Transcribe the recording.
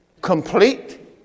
Complete